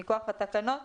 מכוח התקנות,